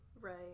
right